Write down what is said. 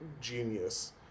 Genius